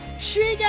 shit? and